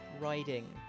riding